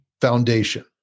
foundation